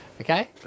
okay